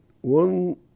one